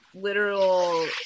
literal